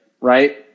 Right